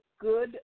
good